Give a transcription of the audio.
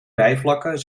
rijvakken